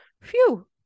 phew